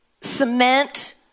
cement